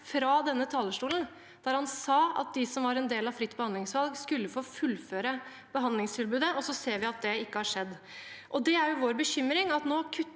fra denne talerstolen, der han sa at de som var en del av fritt behandlingsvalg, skulle få fullføre behandlingstilbudet. Så ser vi at det ikke har skjedd. Vår bekymring er at nå kuttes